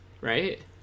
right